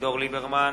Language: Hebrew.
אביגדור ליברמן,